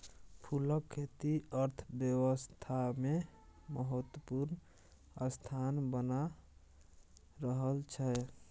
फूलक खेती अर्थव्यवस्थामे महत्वपूर्ण स्थान बना रहल छै